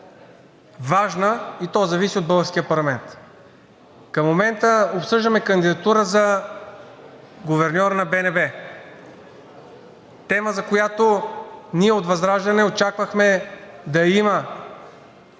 важна, и то зависи от българския парламент. Към момента обсъждаме кандидатура за гуверньор на БНБ. Тема, за която ние от ВЪЗРАЖДАНЕ очаквахме да има